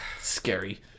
scary